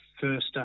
first